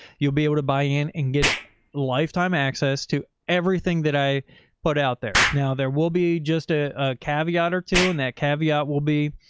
you'll be able to buy in and get lifetime access to it. everything that i put out there. now, there will be just a caveat or two, and that caveat will be